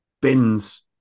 bins